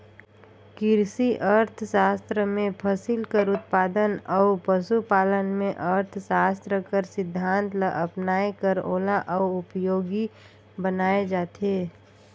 किरसी अर्थसास्त्र में फसिल कर उत्पादन अउ पसु पालन में अर्थसास्त्र कर सिद्धांत ल अपनाए कर ओला अउ उपयोगी बनाए जाथे